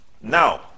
Now